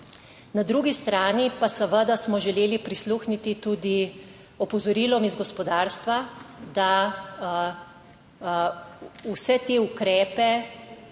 Na drugi strani pa seveda smo želeli prisluhniti, tudi opozorilom iz gospodarstva, da vse te ukrepe